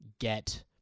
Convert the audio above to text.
get